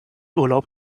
urlaub